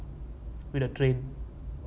with a train